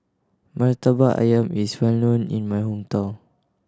Murtabak Ayam is well known in my hometown